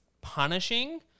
punishing